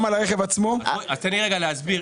אז תן לי רגע להסביר,